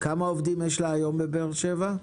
כמה עובדים יש לה היום בבאר שבע?